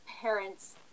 parents